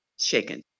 shaken